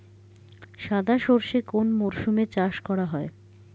সাদা সর্ষে কোন মরশুমে চাষ করা হয়?